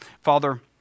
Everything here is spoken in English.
Father